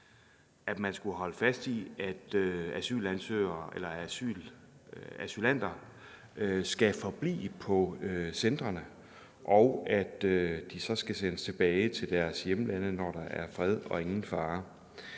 at man skulle holde fast i, at asylanter skal forblive på centrene, og at de så skal sendes tilbage til deres hjemlande, når der er fred og ingen fare.